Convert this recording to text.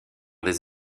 des